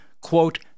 quote